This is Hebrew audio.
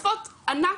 --- מה הם ענו לך?